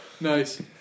Nice